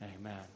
Amen